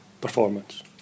performance